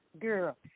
girl